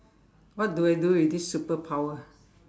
what do I do with this superpower